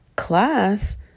class